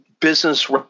business